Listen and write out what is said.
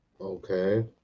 Okay